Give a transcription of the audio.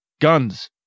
Guns